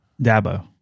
Dabo